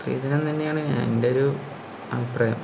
സ്ത്രീധനം തന്നെയാണ് എൻ്റെ ഒരു അഭിപ്രായം